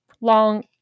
long